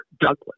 Douglas